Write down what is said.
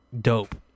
dope